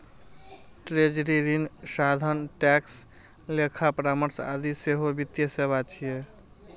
treasury, ऋण साधन, tax, लेखा परामर्श आदि सेहो वित्तीय सेवा छियै